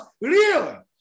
Real